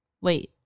wait